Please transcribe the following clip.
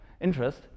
interest